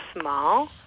small